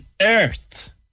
earth